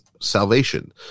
salvation